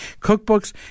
Cookbooks